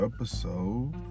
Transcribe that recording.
episode